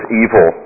evil